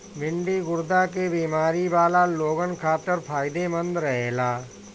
भिन्डी गुर्दा के बेमारी वाला लोगन खातिर फायदमंद रहेला